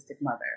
mother